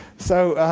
so